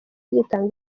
gitanga